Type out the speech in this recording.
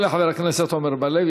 תודה לחבר הכנסת עמר בר-לב.